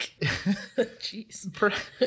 Jeez